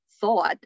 thought